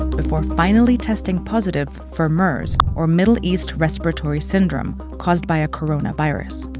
before finally testing positive for mers or middle east respiratory syndrome caused by a coronavirus.